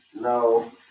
No